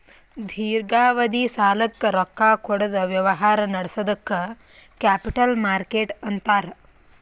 ದೀರ್ಘಾವಧಿ ಸಾಲಕ್ಕ್ ರೊಕ್ಕಾ ಕೊಡದ್ ವ್ಯವಹಾರ್ ನಡ್ಸದಕ್ಕ್ ಕ್ಯಾಪಿಟಲ್ ಮಾರ್ಕೆಟ್ ಅಂತಾರ್